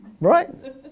Right